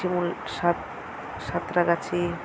শিমুল সাত সাতরাগাছি